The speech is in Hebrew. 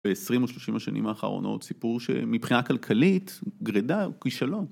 בעשרים או שלושים השנים האחרונות, סיפור שמבחינה כלכלית גרידא הוא כישלון.